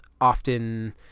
often